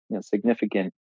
significant